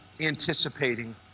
anticipating